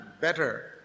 better